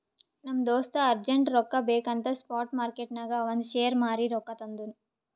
ನಮ್ ದೋಸ್ತ ಅರ್ಜೆಂಟ್ ರೊಕ್ಕಾ ಬೇಕ್ ಅಂತ್ ಸ್ಪಾಟ್ ಮಾರ್ಕೆಟ್ನಾಗ್ ಅವಂದ್ ಶೇರ್ ಮಾರೀ ರೊಕ್ಕಾ ತಂದುನ್